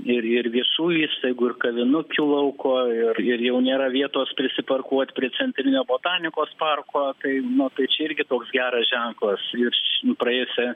ir ir viešųjų įstaigų ir kavinukių lauko ir ir jau nėra vietos prisiparkuot prie centrinio botanikos parko tai na čia irgi toks geras ženklas iš jų praėjusį